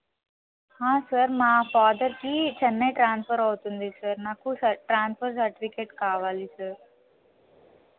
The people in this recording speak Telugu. సార్ మా ఫాదర్కి చెన్నై ట్రాన్స్ఫర్ అవుతుంది సార్ నాకు స ట్రాన్స్ఫర్ సర్టిఫికేట్ కావాలి సార్